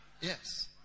Yes